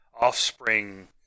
offspring